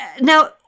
Now